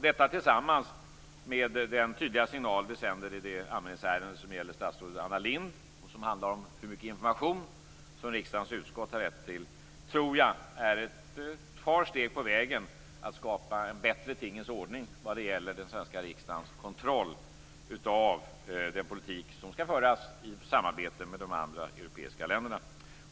Detta tillsammans med den tydliga signal som vi sänder i det anmälningsärende som gäller statsrådet Anna Lindh, och som handlar om hur mycket information som riksdagens utskott har rätt till, tror jag är ett par steg på vägen till att skapa en bättre tingens ordning vad gäller den svenska riksdagens kontroll av den politik som skall föras i samarbete med de andra europeiska länderna.